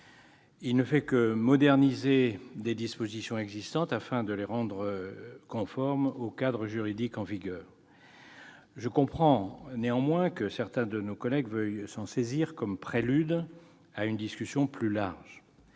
Il ne vise qu'à moderniser des dispositions existantes afin de les rendre conformes au cadre juridique en vigueur. Je comprends que certains de nos collègues veuillent faire de son examen le prélude à une discussion plus large.